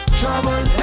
trouble